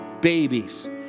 babies